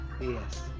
Yes